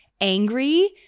angry